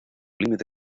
límite